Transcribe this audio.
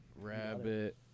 Rabbit